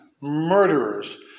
murderers